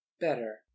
better